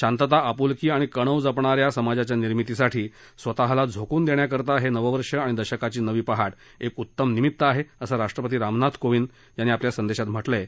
शांतता आपुलकी आणि कणव जपणाऱ्या समाजाच्या निर्मितीसाठी स्वतःला झोकून देण्याकरता हे नववर्ष आणि दशकाची नवी पहाट एक उत्तम निमित्त आहे असं राष्ट्रपती रामनाथ कोविंद यांनी आपल्या संदेशात म्हटलं आहे